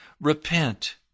repent